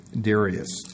Darius